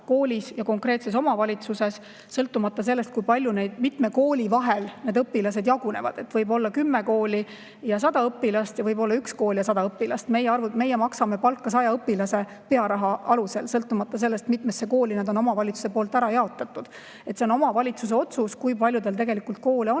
koolis ja konkreetses omavalitsuses, sõltumata sellest, kui mitme kooli vahel need õpilased jagunevad. Võib olla 10 kooli ja 100 õpilast ja võib olla 1 kool ja 100 õpilast, meie maksame palka 100 õpilase pearaha alusel, sõltumata sellest, mitmesse kooli nad on omavalitsuse poolt ära jaotatud. See on omavalitsuse otsus, kui palju tal tegelikult koole on,